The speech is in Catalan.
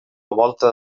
volta